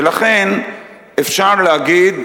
ולכן אפשר להגיד,